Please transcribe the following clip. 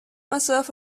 myself